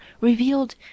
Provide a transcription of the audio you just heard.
revealed